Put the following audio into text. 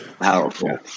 Powerful